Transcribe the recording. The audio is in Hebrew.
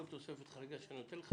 כל תוספת חריגה שאני נותן לך,